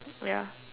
ya